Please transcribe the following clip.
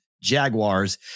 Jaguars